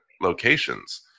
locations